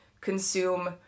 consume